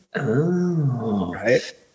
right